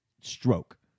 stroke